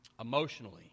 Emotionally